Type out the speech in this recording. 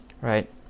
right